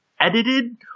edited